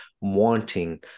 wanting